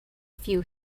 few